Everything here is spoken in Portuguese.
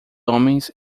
homens